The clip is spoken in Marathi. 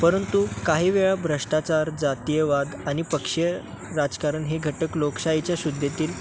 परंतु काही वेळा भ्रष्टाचार जातियवाद आणि पक्षीय राजकारण हे घटक लोकशाहीच्या शुद्धतील